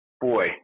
Boy